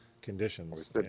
Conditions